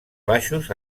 baixos